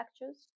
lectures